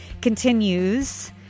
continues